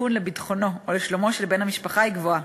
הסיכון לביטחונו או לשלומו של בן המשפחה היא גבוהה.